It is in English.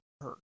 hurt